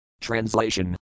Translation